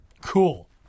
Cool